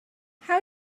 how